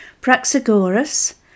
Praxagoras